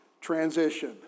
transition